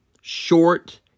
short